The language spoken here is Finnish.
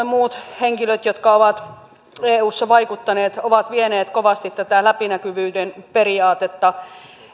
muut henkilöt jotka ovat eussa vaikuttaneet ovat vieneet kovasti tätä läpinäkyvyyden periaatetta